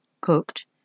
Cooked